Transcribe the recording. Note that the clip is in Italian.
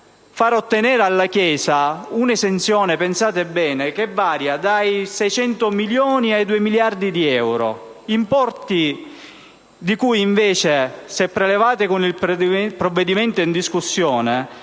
far ottenere alla Chiesa un'esenzione, pensate bene, che varia dai 600 milioni ai 2 miliardi di euro, importi di cui invece, se prelevati con il provvedimento in discussione,